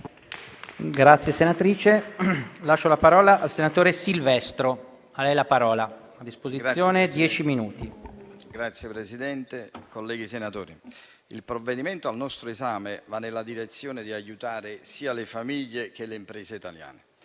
il provvedimento al nostro esame va nella direzione di aiutare sia le famiglie, sia le imprese italiane.